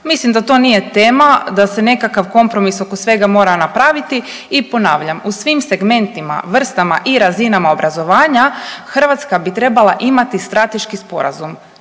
Mislim da to nije tema, da se nekakav kompromis oko svega mora napraviti i ponavljam, u svim segmentima, vrstama i razinama obrazovanja Hrvatska bi trebala imati strateški sporazum,